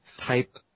type